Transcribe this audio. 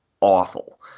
awful